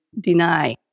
deny